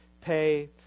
pay